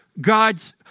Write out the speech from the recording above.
God's